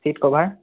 sit cover